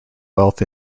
wealth